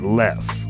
left